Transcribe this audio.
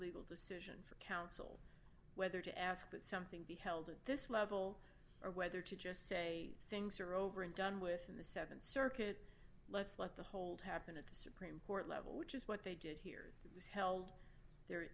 session for counsel whether to ask that something be held at this level or whether to just say things are over and done with in the th circuit let's let the hold happen at the supreme court level which is what they did here was held the